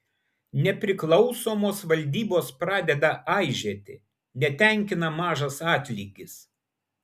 nepriklausomos valdybos pradeda aižėti netenkina mažas atlygis